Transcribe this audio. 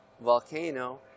Volcano